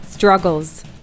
struggles